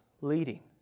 leading